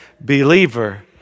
believer